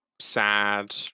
sad